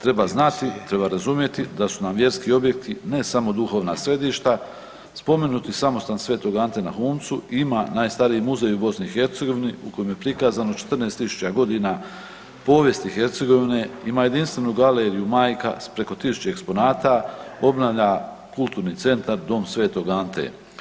Treba znati, treba razumjeti da su nam vjerski objekti ne samo duhovna središta, spomenuti samostan Sv. Ante na Humcu ima najstariji muzej u BiH u kojem je prikazano 14.000 godina povijesti Hercegovine, ima jedinstvenu galeriju majka s preko tisuću eksponata, obnavlja kulturni centar dom Sv.Ante.